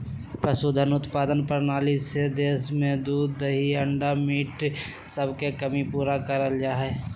पशुधन उत्पादन प्रणाली से देश में दूध दही अंडा मीट सबके कमी पूरा करल जा हई